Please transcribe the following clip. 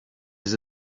les